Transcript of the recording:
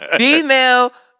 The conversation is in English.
female